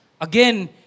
again